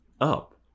up